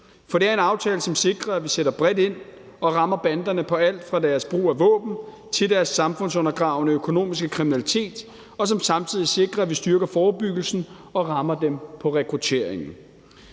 for det er en aftale, som sikrer, at vi sætter bredt ind og rammer banderne på alt fra deres brug af våben til deres samfundsundergravende økonomiske kriminalitet, og som samtidig sikrer, at vi styrker forebyggelsen og rammer dem på rekrutteringen.